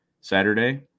Saturday